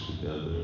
together